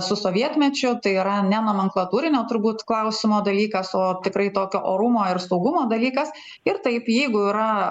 su sovietmečiu tai yra ne nomenklatūrinio turbūt klausimo dalykas o tikrai tokio orumo ir saugumo dalykas ir taip jeigu yra